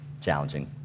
challenging